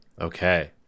Okay